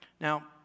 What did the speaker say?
Now